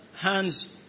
hands